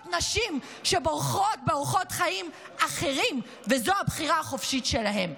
נשים שבוחרות חיים אחרים וזו הבחירה החופשית שלהן.